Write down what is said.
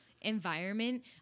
environment